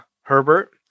Herbert